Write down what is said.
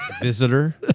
Visitor